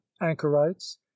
anchorites